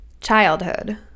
Childhood